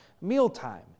mealtime